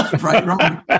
right